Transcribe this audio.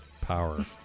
power